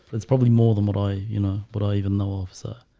it's probably more than what i you know but i even know officer